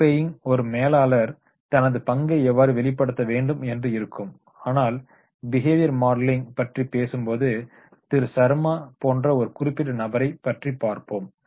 role பிளேயில் ஒரு மேலாளர் தனது பங்கை எவ்வாறு வெளிப்படுத்த வேண்டும் என்று இருக்கும் ஆனால் பிஹேவியர் மாடலிங் பற்றி பேசும்போது திரு சர்மா போன்ற ஒரு குறிப்பிட்ட நபரை பற்றி பார்ப்போம்